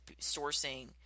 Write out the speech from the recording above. sourcing